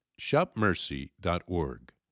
shopmercy.org